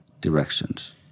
directions